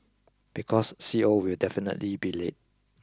because C O will definitely be late